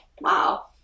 wow